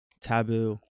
taboo